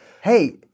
Hey